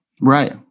Right